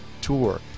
tour